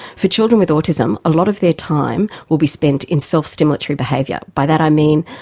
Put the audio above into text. for children with autism, a lot of their time will be spent in self-stimulatory behaviour. by that i mean,